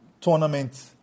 tournament